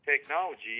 technology